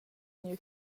gnü